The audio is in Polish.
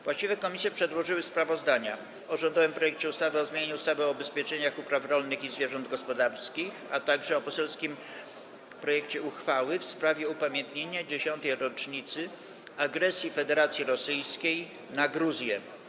Właściwe komisje przedłożyły sprawozdania: - o rządowym projekcie ustawy o zmianie ustawy o ubezpieczeniach upraw rolnych i zwierząt gospodarskich, - o poselskim projekcie uchwały w sprawie upamiętnienia 10. rocznicy agresji Federacji Rosyjskiej na Gruzję.